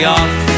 off